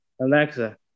Alexa